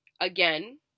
again